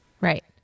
Right